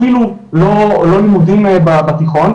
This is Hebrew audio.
אפילו לא לימודים בתיכון,